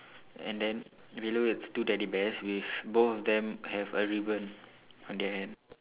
and then below it's two teddy bears with both of them have a ribbon on their hand